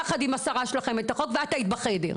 יחד עם השרה שלכם את החוק ואת היית בחדר,